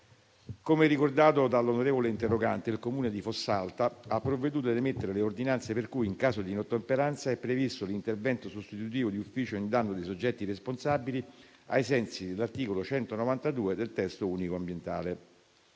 Come ricordato dall'onorevole interrogante, il Comune di Fossalta ha provveduto a emettere le ordinanze per cui, in caso di inottemperanza, è previsto l'intervento sostitutivo d'ufficio in danno dei soggetti responsabili, ai sensi dell'articolo 192 del testo unico ambientale.